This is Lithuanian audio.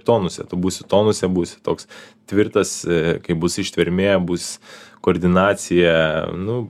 tonuse tu būsi tonuse būsi toks tvirtas kaip bus ištvermė bus koordinacija nu